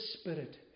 Spirit